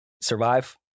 survive